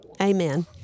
amen